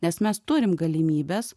nes mes turim galimybes